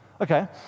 Okay